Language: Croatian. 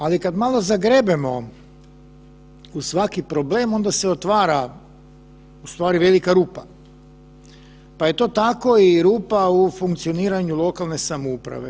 Ali kada malo zagrebemo u svaki problem onda se otvara u stvari velika rupa, pa je to tako i rupa u funkcioniranju lokalne samouprave.